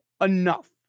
enough